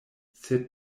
sed